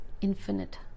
infinite